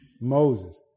Moses